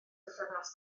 bythefnos